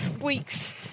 weeks